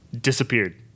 disappeared